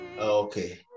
Okay